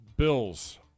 Bills